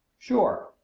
sure!